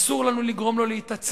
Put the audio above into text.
אסור לנו לגרום לו להתעצם.